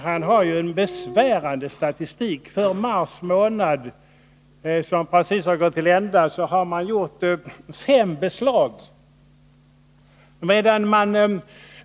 Han har en besvärande statistik för mars månad, som ju nyligen har gått till ända. Den visar att man under föregående månad gjort endast fem beslag.